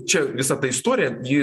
čia visa ta istorija ji